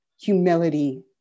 humility